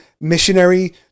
missionary